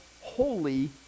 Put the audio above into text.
holy